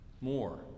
more